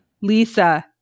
Lisa